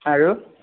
আৰু